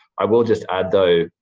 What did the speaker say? i will just add, though,